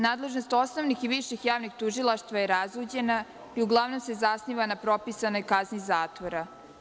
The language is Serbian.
Nadležnost osnovnih i viših javnih tužilaštava je razuđena i uglavnom se zasniva na propisanoj kazni zakona.